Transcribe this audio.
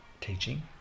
teaching